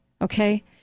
okay